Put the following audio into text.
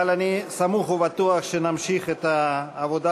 אבל אני סמוך ובטוח שאנחנו נמשיך את העבודה